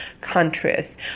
countries